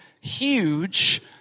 huge